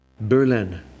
Berlin